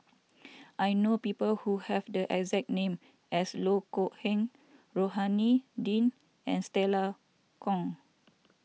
I know people who have the exact name as Loh Kok Heng Rohani Din and Stella Kon